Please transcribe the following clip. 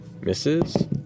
Misses